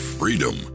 freedom